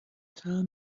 tell